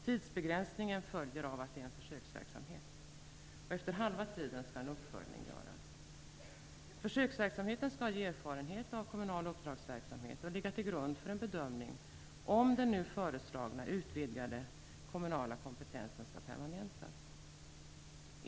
Tidsbegränsningen följer av att det är en försöksverksamhet. Efter halva tiden skall en uppföljning göras. Försöksverksamheten skall ge erfarenhet av kommunal uppdragsverksamhet och ligga till grund för en bedömning om den nu föreslagna utvidgade kommunala kompetensen skall permanentas.